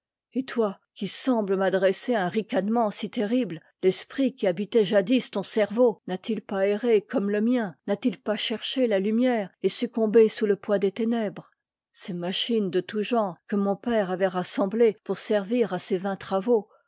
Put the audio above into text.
et toi qui sembles m'adresser un ricanement si terrible l'esprit qui habitait jadis ton cerveau n'a-t-il pas erré comme le mien n'a-t-il pas e erehé la lumière et succombé sous le poids des ténèbres ces machines de tout genre que mon père avait rassemblées pour servir à ses vains travaux